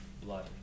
Blood